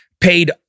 paid